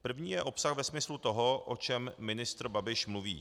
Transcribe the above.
První je obsah ve smyslu toho, o čem ministr Babiš mluví.